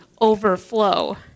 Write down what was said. overflow